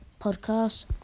podcast